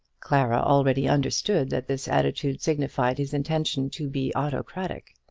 clara already understood that this attitude signified his intention to be autocratic.